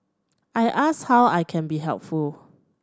I ask how I can be helpful